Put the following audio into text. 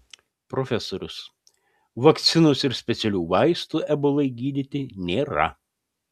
profesorius vakcinos ir specialių vaistų ebolai gydyti nėra